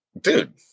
Dude